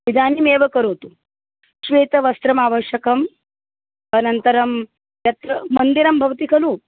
इदानीमेव करोतु श्वेतवस्त्रमावश्यकं अनन्तरं यत्र मन्दिरं भवति खलु